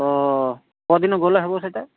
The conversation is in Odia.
ତ କେଉଁ ଦିନ ଗଲେ ହେବ ସେଇଟା